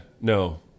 No